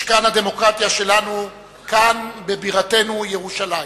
משכן הדמוקרטיה שלנו, כאן, בבירתנו ירושלים.